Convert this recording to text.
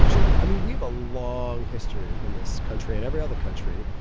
and so, i mean, we have a long history in this country and every other country,